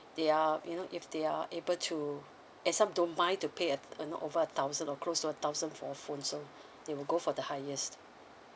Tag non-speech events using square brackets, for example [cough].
they are you know if they are able to and some don't mind to pay at you know over a thousand or close to a thousand for phone so [breath] they will go for the highest